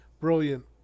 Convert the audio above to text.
brilliant